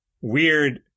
weird